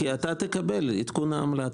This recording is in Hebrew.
תקבל עדכון העמלה.